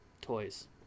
toys